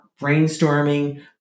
brainstorming